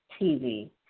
TV